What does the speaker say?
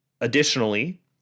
Additionally